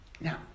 Now